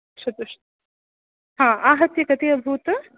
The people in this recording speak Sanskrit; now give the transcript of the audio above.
चतुश् हा आहत्य कति अभूत्